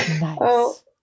Nice